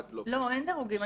אין דירוגים.